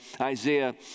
Isaiah